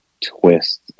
twist